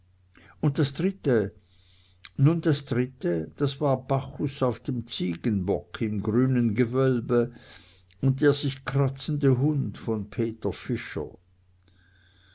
und das dritte nun das dritte das war bacchus auf dem ziegenbock im grünen gewölbe und der sich kratzende hund von peter vischer